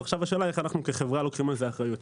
עכשיו השאלה איך אנחנו כחברה לוקחים על זה אחריות,